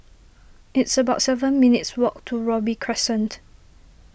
it's about seven minutes' walk to Robey Crescent